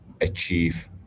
achieve